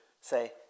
say